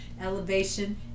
elevation